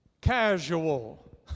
casual